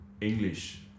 English